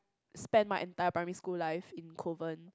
spend my entire primary school life in Kovan